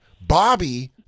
Bobby